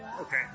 Okay